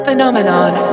Phenomenon